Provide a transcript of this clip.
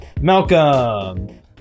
Malcolm